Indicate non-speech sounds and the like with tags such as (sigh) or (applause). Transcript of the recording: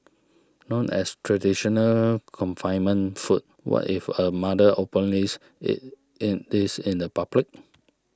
known as traditional confinement food what if a mother (unintelligible) eats in this in the public